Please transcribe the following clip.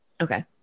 Okay